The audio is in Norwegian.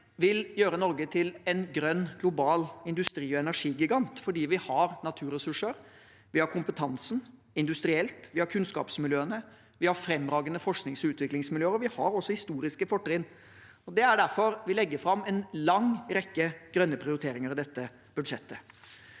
vil gjøre Norge til en grønn global industri- og energigigant fordi vi har naturressurser, vi har den industrielle kompetansen, vi har kunnskapsmiljøene, vi har fremragende forsknings- og utviklingsmiljøer, og vi har også historiske fortrinn. Det er derfor vi legger fram en lang rekke grønne prioriteringer i dette budsjettet